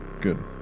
Good